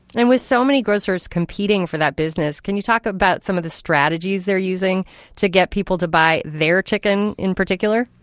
and with so many grocers competing for that business, can you talk about some of the strategies they're using to get people to buy their chicken in particular?